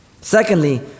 Secondly